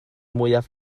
mwyaf